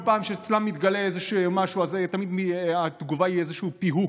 כל פעם כשאצלם מתגלה איזשהו משהו אז תמיד התגובה היא איזשהו פיהוק,